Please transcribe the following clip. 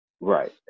right